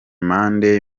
monday